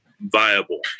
viable